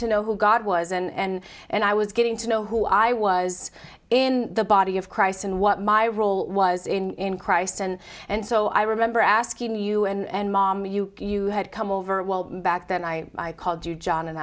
to know who god was and and i was getting to know who i was in the body of christ and what my role was in christ and and so i remember asking you and mom you you had come over well back then i called you john